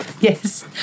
Yes